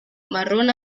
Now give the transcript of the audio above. marrón